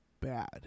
bad